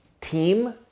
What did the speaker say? team